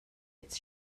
its